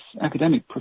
academic